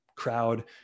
crowd